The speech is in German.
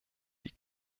die